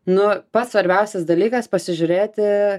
nu pats svarbiausias dalykas pasižiūrėti